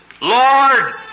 Lord